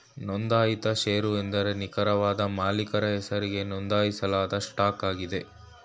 ನೊಂದಾಯಿತ ಶೇರು ಎಂದ್ರೆ ನಿಖರವಾದ ಮಾಲೀಕರ ಹೆಸರಿಗೆ ನೊಂದಾಯಿಸಲಾದ ಸ್ಟಾಕ್ ಆಗಿದೆ